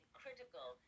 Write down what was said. critical